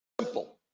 Simple